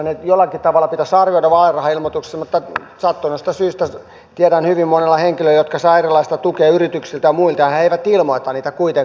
ne jollakin tavalla pitäisi arvioida vaalirahailmoituksessa mutta sattuneesta syystä tiedän hyvin monia henkilöitä jotka saavat erilaisia tukia yrityksiltä ja muilta ja jotka eivät ilmoita niitä kuitenkaan